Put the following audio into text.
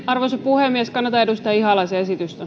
arvoisa puhemies kannatan edustaja ihalaisen esitystä